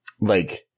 like-